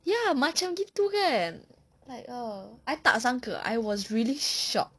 ya macam gitu kan like uh I tak sangka I was really shocked